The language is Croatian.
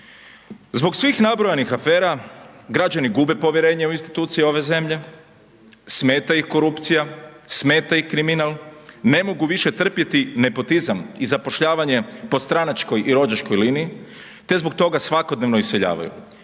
Zbog svih nabrojanih afera, građani gube povjerenje u institucije ove zemlje, smeta ih korupcija, smeta ih kriminal, ne mogu više trpjeti nepotizam i zapošljavanje po stranačkoj i rođačkoj liniji, te zbog toga svakodnevno iseljavaju.